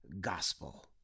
gospel